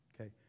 Okay